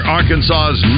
Arkansas's